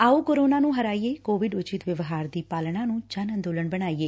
ਆਓ ਕੋਰੋਨਾ ਨੂੰ ਹਰਾਈਏਂ ਕੋਵਿਡ ਉਚਿਤ ਵਿਵਹਾਰ ਦੀ ਪਾਲਣਾ ਨੂੰ ਜਨ ਅੰਦੋਲਨ ਬਣਾਈਏ